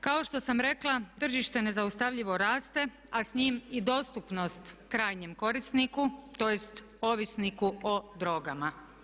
Kao što sam rekla tržište nezaustavljivo raste a s njim i dostupnost krajnjem korisniku tj. ovisniku o drogama.